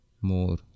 more